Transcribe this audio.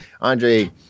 Andre